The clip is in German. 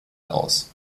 aus